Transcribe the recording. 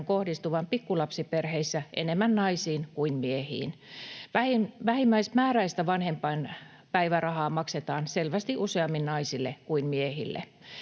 kohdistuvan pikkulapsiperheissä enemmän naisiin kuin miehiin. Vähimmäismääräistä vanhempainpäivärahaa maksetaan selvästi useammin naisille kuin miehille.